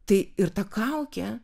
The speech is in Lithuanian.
tai ir ta kaukė